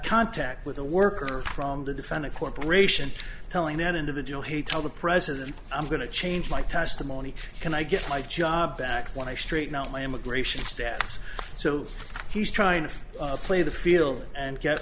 contact with the worker from the defendant corporation telling an individual hey tell the president i'm going to change my testimony can i get my job back when i straighten out my immigration status so he's trying to play the field and get